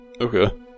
Okay